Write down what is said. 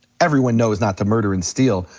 everyone knows not to murder and steal.